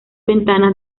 ventanas